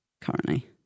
currently